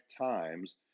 times